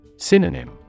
Synonym